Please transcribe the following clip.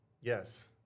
Yes